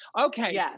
okay